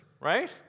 right